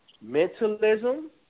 Mentalism